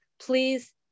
please